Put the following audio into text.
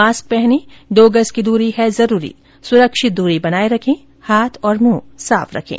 mask पहनें दो गज की दूरी है जरूरी सुरक्षित दूरी बनाए रखें हाथ और मुंह साफ रखें